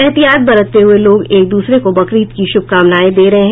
एहतियात बरतते हुये लोग एक दूसरे को बकरीद की शुभकामनाएं दे रहे हैं